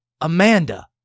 Amanda